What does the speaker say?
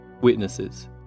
Witnesses